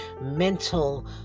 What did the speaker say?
mental